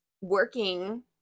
working